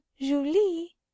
julie